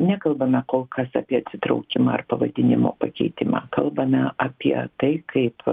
nekalbame kol kas apie atsitraukimą ar pavadinimo pakeitimą kalbame apie tai kaip